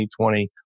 2020